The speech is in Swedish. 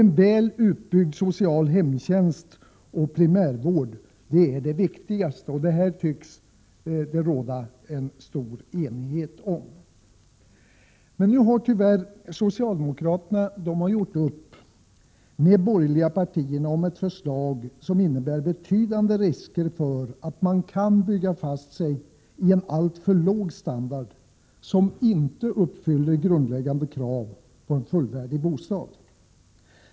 En väl utbyggd social hemtjänst och primärvård är det viktigaste. Det tycks det råda en stor enighet om. Nu har tyvärr socialdemokraterna gjort upp med de borgerliga partierna om ett förslag som innebär betydande risker för att man bygger fast sig i en alltför låg standard som inte uppfyller grundläggande krav på en fullvärdig bostad.